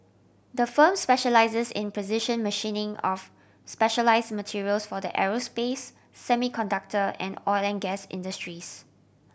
the firm specialises in precision machining of specialise materials for the aerospace semiconductor and oil and gas industries